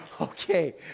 Okay